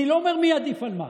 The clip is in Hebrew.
אני לא אומר מי עדיף על מה.